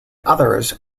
others